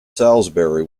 salisbury